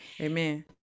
amen